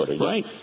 Right